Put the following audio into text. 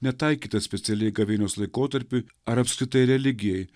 netaikytas specialiai gavėnios laikotarpiui ar apskritai religijai